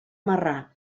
marrà